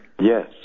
yes